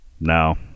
No